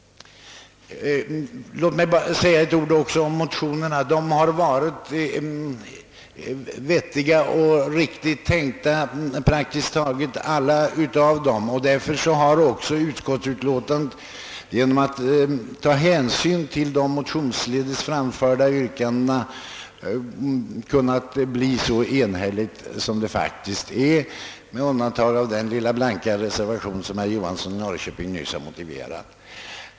Låt mig också säga att praktiskt taget alla motioner i detta ärende är vettiga och riktigt övertänkta. Därför har också utskottsutlåtandet, genom att ta hänsyn till de motionsledes framförda yrkandena, kunnat bli så enhälligt som det faktiskt är — med undantag för den blanka reservation som herr Johansson i Norrköping nyss motiverade.